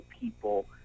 people